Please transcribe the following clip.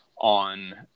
on